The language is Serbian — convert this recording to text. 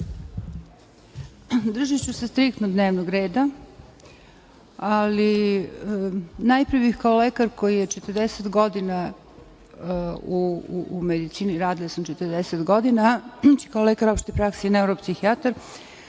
Srbije. Držaću se striktno dnevnog reda. Najpre bih kao lekar koji je 40 godina u medicini, radila sam 40 godina kao lekar opšte prakse i neuropsihijatar,